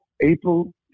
April